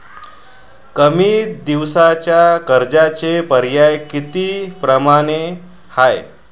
कमी दिसाच्या कर्जाचे पर्याय किती परमाने हाय?